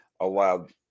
allowed